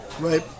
Right